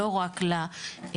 לא רק ללוחמה.